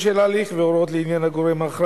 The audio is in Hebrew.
(סייג לאחריות סוכן מכס),